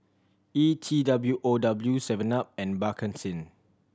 E T W O W seven up and Bakerzin